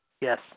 Yes